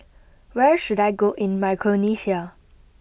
where should I go in Micronesia